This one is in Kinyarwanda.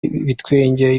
ibitwenge